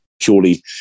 purely